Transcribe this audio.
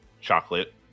chocolate